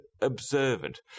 observant